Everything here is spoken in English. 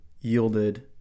yielded